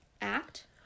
act